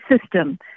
system